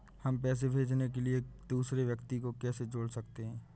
हम पैसे भेजने के लिए दूसरे व्यक्ति को कैसे जोड़ सकते हैं?